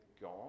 God